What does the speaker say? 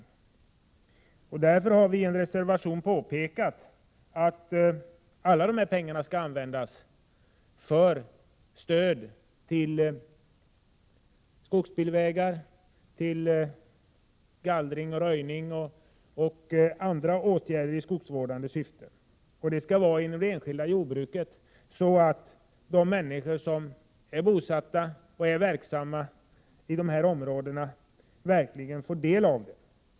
I en reservation till jordbruksutskottets betänkande nr 15 har vi påpekat att alla dessa pengar skall användas för stöd till skogsbilvägar samt för gallring och röjning och andra åtgärder i skogsvårdande syfte. Åtgärderna skall avse det enskilda jordbruket, så att de människor som är bosatta i de aktuella områdena och är verksamma där verkligen får del av pengarna.